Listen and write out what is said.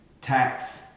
tax